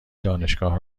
دانشگاه